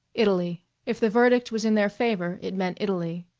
italy if the verdict was in their favor it meant italy.